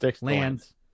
lands